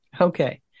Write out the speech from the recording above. Okay